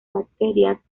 bacterias